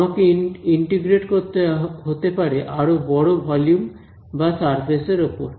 আমাকে ইন্টিগ্রেট করতে হতে পারে আরও বড় ভলিউম বা সারফেস এর ওপর